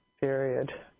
period